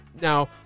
now